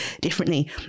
differently